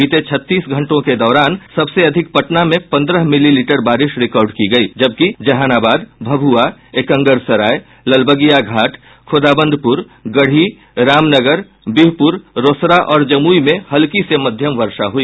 बीते छत्तीस घंटों के दौरान सबसे अधिक पटना में पंद्रह मिली मीटर बारिश रिकार्ड की गयी जबकि जहानाबाद भभुआ एकंगरसराय ललबगिया घाट खोदाबंदपुर गढ़ी रामनगर बिहपुर रोसड़ा और जमुई में हल्की से मध्यम वर्षा हुई